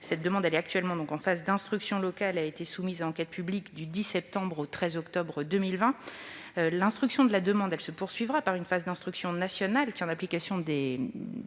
Cette demande est actuellement en phase d'instruction locale et a été soumise à enquête publique du 10 septembre au 13 octobre 2020. L'instruction de la demande se poursuivra par une phase d'instruction nationale qui, en application des